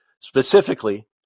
specifically